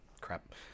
crap